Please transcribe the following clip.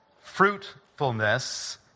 fruitfulness